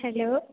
hello